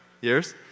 years